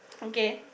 okay